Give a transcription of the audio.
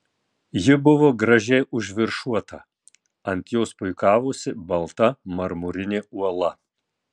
ji buvo gražiai užviršuota ant jos puikavosi balta marmurinė uola